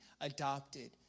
adopted